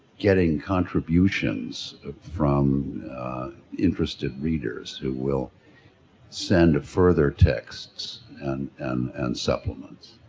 getting contributions from interested readers who will send further texts and, and and supplements.